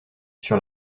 sur